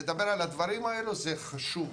לדבר על הדברים האלו זה חשוב,